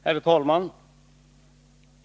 Herr talman!